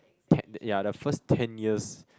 ten ya the first ten years